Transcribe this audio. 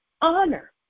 Honor